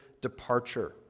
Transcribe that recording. departure